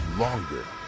longer